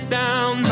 down